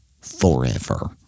forever